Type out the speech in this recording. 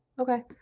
Okay